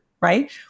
right